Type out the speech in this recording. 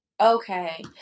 Okay